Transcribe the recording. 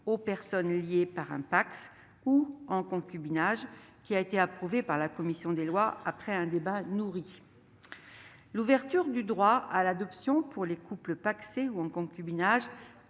aux personnes liées par un PACS ou en concubinage, qui a été approuvé par la commission des lois après un débat nourri. L'ouverture du droit à l'adoption pour les couples pacsés ou en concubinage